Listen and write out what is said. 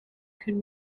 could